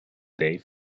dave